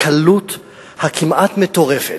הקלות הכמעט-מטורפת,